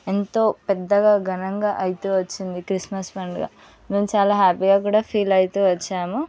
ఎంతో పెద్దగా ఘనంగా అయితే వచ్చింది క్రిస్మస్ పండుగ నేను చాలా హ్యాపీగా కూడా ఫీల్ అయితు వచ్చాము